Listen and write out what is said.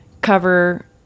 cover